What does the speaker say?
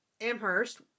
Amherst